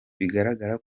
bigaragara